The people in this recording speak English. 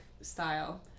style